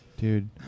Dude